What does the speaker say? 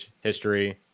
history